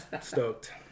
stoked